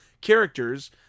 characters